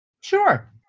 sure